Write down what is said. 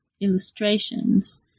illustrations